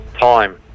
Time